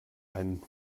ein